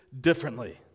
differently